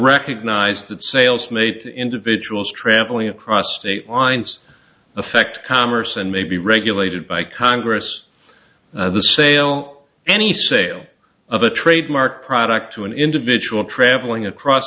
recognized that sales mate individuals traveling across state lines affect commerce and may be regulated by congress and the sale any sale of a trademark product to an individual traveling across